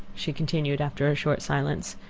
she continued, after a short silence,